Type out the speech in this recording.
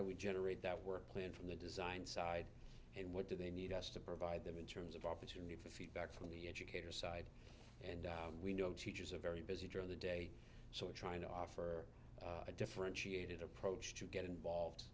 do we generate that work plan from the design side and what do they need us to provide them in terms of opportunity for feedback from the educator side and we know teachers are very busy during the day so we're trying to offer a differentiated approach to get involved